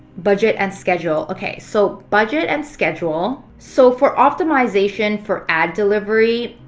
budget and schedule? okay, so budget and schedule. so for optimization for ad delivery,